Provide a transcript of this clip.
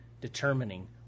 determining